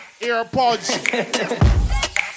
AirPods